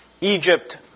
Egypt